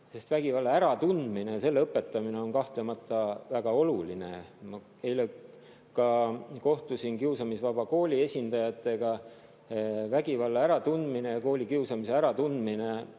ja selle [äratundmise] õpetamine on kahtlemata väga oluline. Ma eile ka kohtusin Kiusamisvaba Kooli esindajatega. Vägivalla äratundmine ja koolikiusamise äratundmine